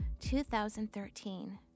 2013